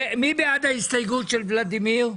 מי בעד ההסתייגות של ולדימיר?